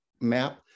map